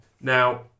Now